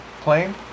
plane